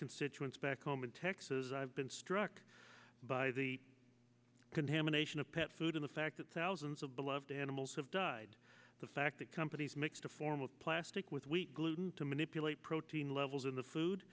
constituents back home in texas i've been struck by the contamination of pet food in the fact that thousands of beloved animals have died the fact that companies mixed a form of plastic with wheat gluten to manipulate protein levels in the food